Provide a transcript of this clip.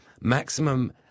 maximum